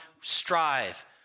Strive